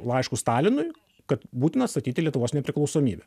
laiškus stalinui kad būtina atstatyti lietuvos nepriklausomybę